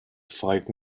five